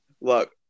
Look